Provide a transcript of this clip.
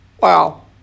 wow